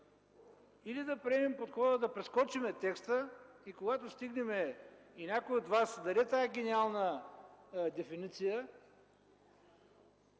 или да приемем подхода да прескочим текста и когато стигнем и някой от Вас даде тази гениална дефиниция,